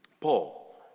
Paul